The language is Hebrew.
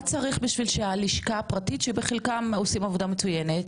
מה צריך בשביל שהלשכה הפרטית שבחלם עושים עבודה מצוינת